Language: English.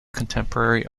contemporary